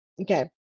Okay